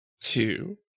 two